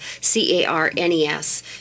C-A-R-N-E-S